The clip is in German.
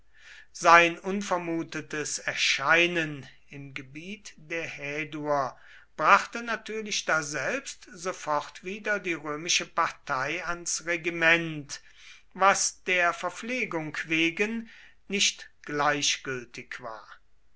sein unvermutetes erscheinen im gebiete der häduer brachte natürlich daselbst sofort wieder die römische partei ans regiment was der verpflegung wegen nicht gleichgültig war